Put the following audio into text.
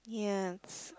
yeah it's